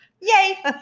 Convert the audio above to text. yay